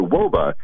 Woba